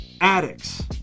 addicts